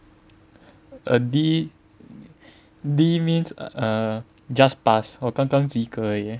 a D D means err just pass 我刚刚及格而已 eh